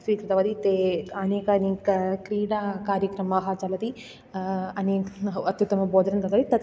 स्वीकृतवती ते आनेकानि क क्रीडाकार्यक्रमाः चलति अनेकं न हो अत्युत्तमभोजनं दत्तं तत्